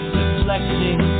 reflecting